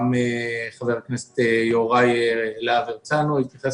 גם חבר הכנסת יוראי להב הרצנו התייחס